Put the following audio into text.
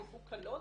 יבוא כלות?